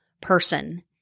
person